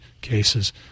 cases